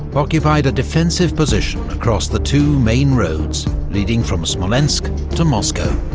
occupied a defensive position across the two main roads leading from smolensk to moscow.